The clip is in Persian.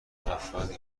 افرادی